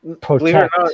protect